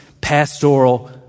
pastoral